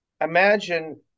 imagine